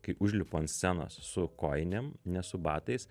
kai užlipu ant scenos su kojinėm ne su batais